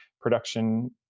production